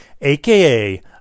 aka